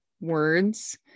words